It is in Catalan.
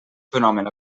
fenomen